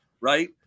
right